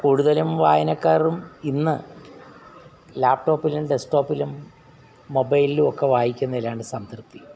കൂടുതലും വായനക്കാറും ഇന്ന് ലാപ്ടോപ്പിലും ഡെസ്ക് ടോപ്പിലും മൊബൈലിലുമൊക്കെ വായിക്കുന്നതിലാണ് സംതൃപ്തി